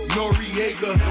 Noriega